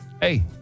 Hey